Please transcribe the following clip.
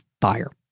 fire